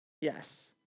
Yes